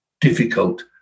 difficult